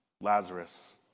Lazarus